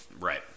Right